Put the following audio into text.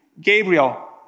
Gabriel